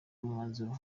umwanzuro